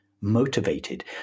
motivated